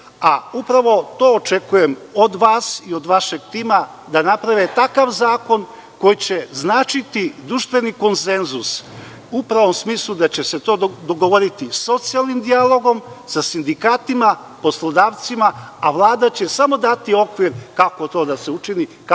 a upravo to očekujem od vas i od vašeg tima da naprave takav zakon, koji će značiti društveni konsenzus. U pravom smislu da će se to dogovoriti socijalnim dijalogom sa sindikatima, poslodavcima, a Vlada će samo dati okvir kako to da se učini,